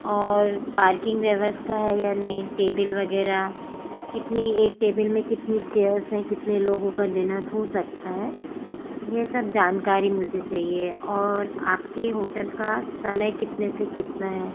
और पार्किंग व्यवस्था है या नहीं टेबिल वगैरह कितनी एक टेबिल में कितनी चेयर्स हैं कितने लोगों का डिनर हो सकता है यह सब जानकारी मुझे चाहिए और आपके होटल का समय कितने से कितना है